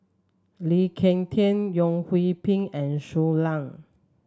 Lee Ek Tieng Yeo Hwee Bin and Shui Lan